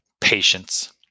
patience